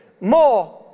more